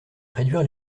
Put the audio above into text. réduire